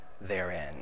therein